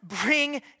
bring